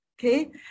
okay